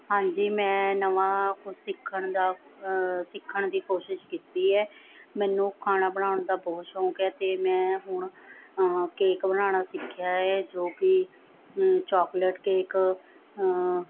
ਹਾਂਜੀ ਮੈਂ ਨਵਾਂ ਕੁਝ ਸਿੱਖਣ ਦਾ ਸਿੱਖਣ ਦੀ ਕੋਸ਼ਿਸ਼ ਕੀਤੀ ਹੈ ਮੈਨੂੰ ਖਾਣਾ ਬਣਾਉਣ ਦਾ ਬਹੁਤ ਸ਼ੌਂਕ ਹੈ ਅਤੇ ਮੈਂ ਹੁਣ ਕੇਕ ਬਣਾਉਣਾ ਸਿੱਖਿਆ ਹੈ ਜੋ ਕਿ ਚੋਕਲੇਟ ਕੇਕ